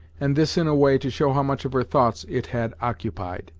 and this in a way to show how much of her thoughts it had occupied,